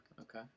Okay